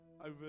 over